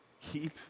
Keep